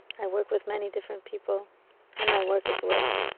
i work with many different people in my work as well.